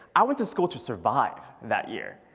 i went to school to survive that year.